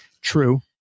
True